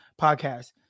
podcast